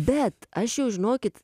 bet aš jau žinokit